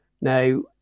Now